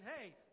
hey